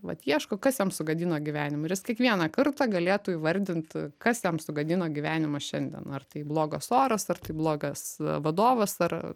vat ieško kas jam sugadino gyvenimą ir jis kiekvieną kartą galėtų įvardint kas jam sugadino gyvenimą šiandien ar tai blogas oras ar tai blogas vadovas ar